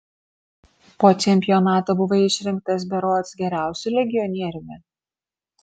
po čempionato buvai išrinktas berods geriausiu legionieriumi